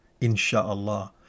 Insha'Allah